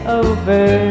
over